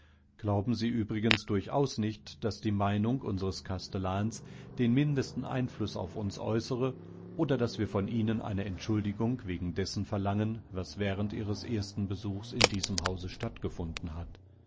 treten sie näher und setzen sie sich sagte rosamunde glauben sie übrigensdurchausnicht daßdiemeinungunsereskastellansdenmindesteneinflußauf uns äußere oder daß wir von ihnen eine entschuldigung wegen dessen verlangen was während ihres ersten besuchs in diesem hause stattgefunden hat